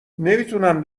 نمیتونم